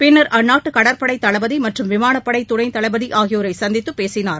பின்னா் அந்நாட்டு கடற்படை தளபதி மற்றும் விமானப்படை துணை தளபதி ஆகியோரை சந்தித்து பேசினார்